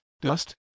dust